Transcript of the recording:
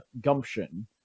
gumption